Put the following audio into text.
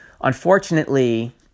unfortunately